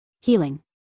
Healing